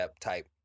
type